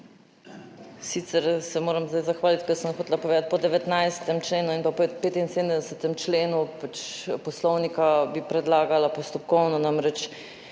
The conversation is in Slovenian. Sicer se moram zdaj zahvaliti, ker sem hotela povedati po 19. členu in po 75. členu pač Poslovnika bi predlagala postopkovno. Namreč,